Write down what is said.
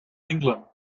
england